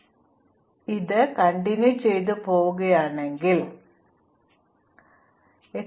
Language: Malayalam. ഇപ്പോൾ ഞങ്ങൾ 5 ലേക്ക് വരുന്നു 5 ഇപ്പോഴും going ട്ട്ഗോയിംഗ് എഡ്ജിൽ 8 ആണ് അതിനാൽ ഞങ്ങൾ വരുന്നു a 8